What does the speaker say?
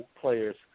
players